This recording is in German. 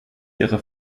ihre